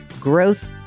growth